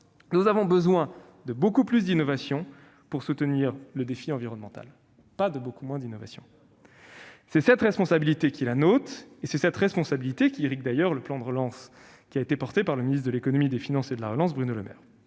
nous avons besoin de beaucoup plus d'innovation pour soutenir le défi environnemental, et pas de beaucoup moins d'innovation ! C'est cette responsabilité qui est la nôtre, et c'est cette responsabilité qui, d'ailleurs, irrigue le plan de relance qui a été porté par le ministre de l'économie, des finances et de la relance, Bruno Le Maire.